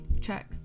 check